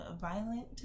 violent